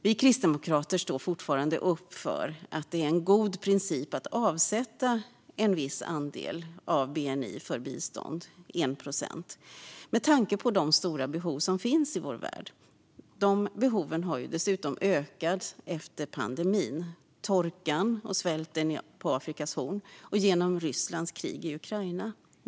Vi kristdemokrater står fortfarande upp för att det är en god princip att avsätta en viss andel av bni för bistånd - 1 procent - med tanke på de stora behov som finns i vår värld. De behoven har dessutom ökat på grund av pandemin, torkan och svälten på Afrikas horn och Rysslands krig i Ukraina.